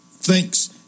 thanks